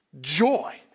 joy